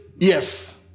Yes